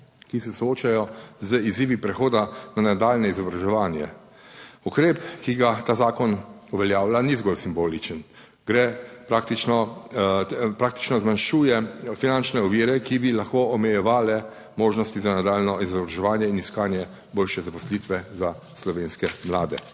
ki se soočajo z izzivi prehoda na nadaljnje izobraževanje. Ukrep, ki ga ta zakon uveljavlja ni zgolj simboličen, gre praktično, praktično zmanjšuje finančne ovire, ki bi lahko omejevale možnosti za nadaljnje izobraževanje in iskanje boljše zaposlitve za slovenske mlade.